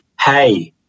Hey